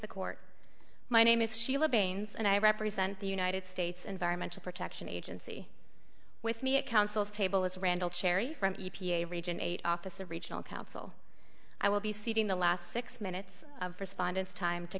the court my name is sheila baines and i represent the united states environmental protection agency with me at counsel's table as randall cherry from e p a region eight officer regional council i will be seating the last six minutes of respondents time to